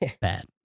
Bad